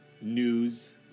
news